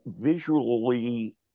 visually